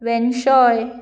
वॅनशोय